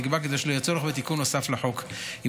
נקבע כדי שלא יהיה צורך בתיקון נוסף לחוק אם